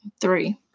Three